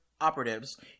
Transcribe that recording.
operatives